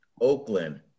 Oakland